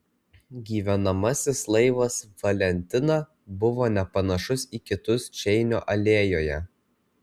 gyvenamasis laivas valentina buvo nepanašus į kitus čeinio alėjoje